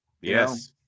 Yes